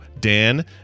Dan